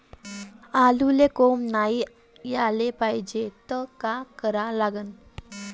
आलूले कोंब नाई याले पायजे त का करा लागन?